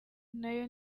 nayo